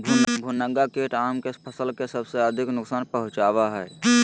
भुनगा कीट आम के फसल के सबसे अधिक नुकसान पहुंचावा हइ